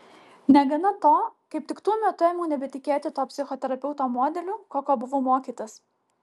negana to kaip tik tuo metu ėmiau nebetikėti tuo psichoterapeuto modeliu kokio buvau mokytas